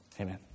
amen